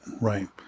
right